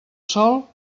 sol